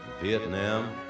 Vietnam